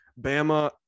Bama